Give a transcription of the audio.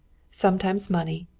sometimes money.